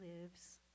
Lives